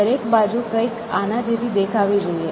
દરેક બાજુ કંઈક આના જેવી દેખાવી જોઈએ